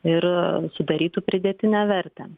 ir sudarytų pridėtinę vertę